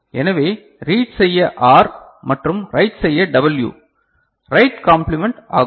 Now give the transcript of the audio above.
எனவே ரீட் செய்ய ஆர் மற்றும் ரைட் செய்ய டபிள்யூ ரைட் காம்ப்ளிமென்ட் ஆகும்